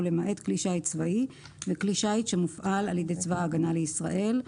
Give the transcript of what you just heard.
ולמעט כלי שיט צבאי וכלי שיט שמופעל על ידי צבא הגנה לישראל".